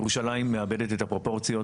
ירושלים מאבדת את הפרופורציות,